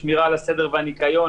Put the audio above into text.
שמירה על הסדר והניקיון,